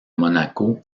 monaco